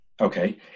okay